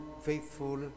faithful